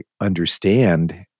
understand